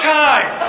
time